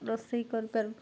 ରୋଷେଇ କରିପାରୁ